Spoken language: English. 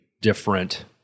different